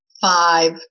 five